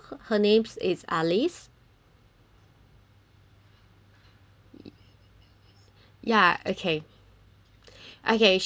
alice ya okay okay she is a really